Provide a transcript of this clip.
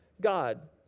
God